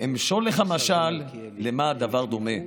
אמשול לך משל למה הדבר דומה,